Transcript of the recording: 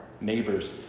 neighbors